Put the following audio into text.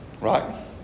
Right